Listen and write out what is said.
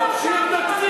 במשרד האוצר, תקציב.